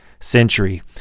century